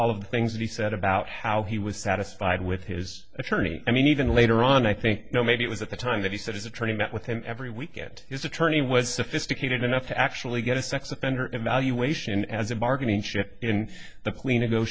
all of the things that he said about how he was satisfied with his attorney i mean even later on i think no maybe it was at the time that he said his attorney met with him every week at his attorney was sophisticated enough to actually get a sex offender evaluation as a bargaining chip in the